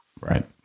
Right